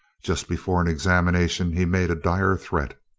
just before an examination, he made a dire threat.